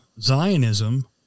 Zionism